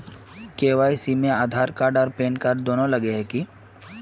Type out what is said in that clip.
KYC में Aadhaar card आर PAN card दुनू लगे है की?